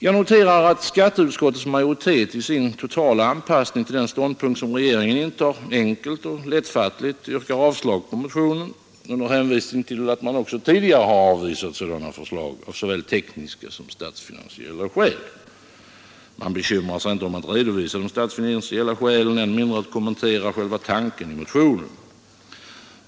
Jag noterar att skatteutskottets majoritet i sin totala anpassning till den ståndpunkt som regeringen intar enkelt och lättfattligt yrkar avslag på motionen under hänvisning till att man också tidigare har avvisat sådana skatteförslag av såväl tekniska som statsfinansiella skäl. Man bekymrar sig inte om att redovisa de statsfinansiella skälen och än mindre kommentera själva tanken i motionen.